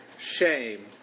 shame